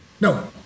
No